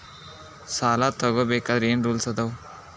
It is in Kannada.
ಸಾಲ ತಗೋ ಬೇಕಾದ್ರೆ ಏನ್ ರೂಲ್ಸ್ ಅದಾವ?